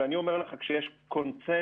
כשאני אומר לך שיש קונסנזוס